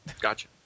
gotcha